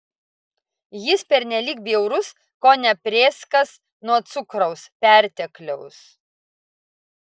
jis pernelyg bjaurus kone prėskas nuo cukraus pertekliaus